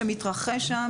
שמתרחש שם.